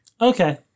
Okay